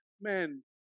man